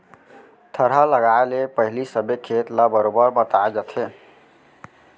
थरहा लगाए ले पहिली सबे खेत ल बरोबर मताए जाथे